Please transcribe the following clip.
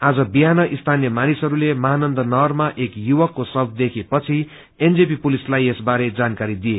आज विहान स्थानीय मानिसहस्ले महानन्द नहरमा एक युवकको शव रेखे पछि एनजेपी पुलिसलाई यसबारे जानकारी दिए